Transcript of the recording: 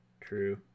true